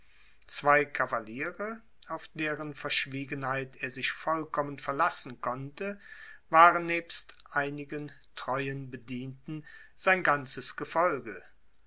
zwei kavaliere auf deren verschwiegenheit er sich vollkommen verlassen konnte waren nebst einigen treuen bedienten sein ganzes gefolge